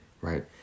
right